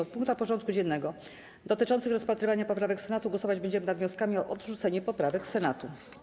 W punktach porządku dziennego dotyczących rozpatrywania poprawek Senatu głosować będziemy nad wnioskami o odrzucenie poprawek Senatu.